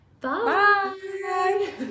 Bye